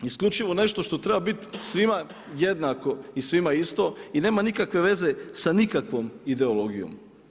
Isključivo nešto što treba biti svima jednako i svima isto i nema nikakve veze sa nikakvom ideologijom.